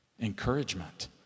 Encouragement